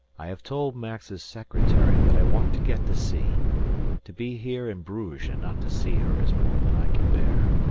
i have told max's secretary that i want to get to sea to be here in bruges and not to see her is more than i can bear.